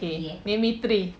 okay name me three